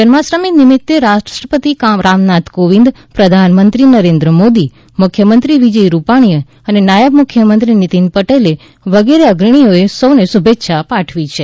જન્માષ્ટમી નિમિત્તે રાષ્ટ્રપતિ રામનાથ કોવિંદ પ્રધાનમંત્રી નરેન્દ્ર મોદી મુખ્યમંત્રી વિજય રૂપાણી નાયબ મુખ્યમંત્રી નીતીન પટેલ વગેરે અગ્રણીઓએ સૌને શુભેચ્છા પાઠવી છે